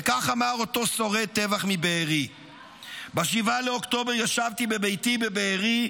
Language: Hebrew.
וכך אמר אותו שורד טבח מבארי: ב-7 באוקטובר ישבתי בביתי בבארי,